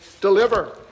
deliver